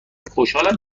خوشحالم